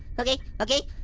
okay, okay,